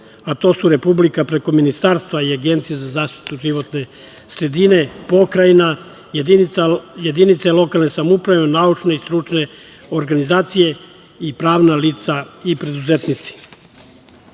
a to su Republika preko ministarstva i Agencije za zaštitu životne sredine, Pokrajina, jedinice lokalne samouprave i naučne i stručne organizacije i pravna lica i preduzetnici.U